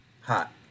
Hot